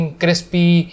crispy